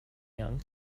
young